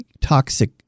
toxic